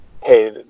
Hey